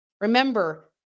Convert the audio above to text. remember